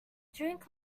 drink